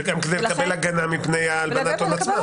וגם כדי לקבל הגנה מפני הלבנת ההון עצמה.